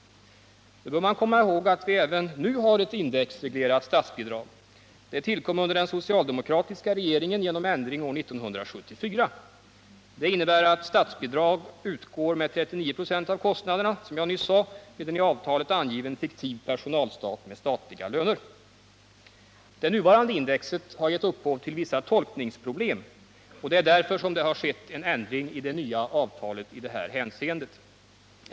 Nu bör man komma ihåg, att vi även nu har ett indexreglerat statsbidrag. Det tillkom under den socialdemokratiska regeringen genom ändring år 1974. Det innebär att statsbidrag utgår med 39 96 av kostnaderna vid en i avtalet angiven fiktiv personalstat med statliga löner. Det nuvarande indexet har givit upphov till vissa tolkningsproblem. Det är därför det har skett en ändring i det nya avtalet i detta hänseende.